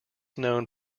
known